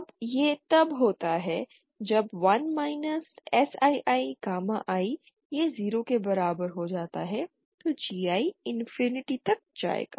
अब यह तब होता है जब 1 Sii गामा i यह 0 के बराबर हो जाता है तो GI इंफिनिटी तक जाएगा